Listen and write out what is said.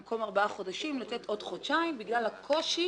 במקום ארבעה חודשים לתת עוד חודשיים בגלל הקושי